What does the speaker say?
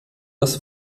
das